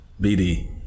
BD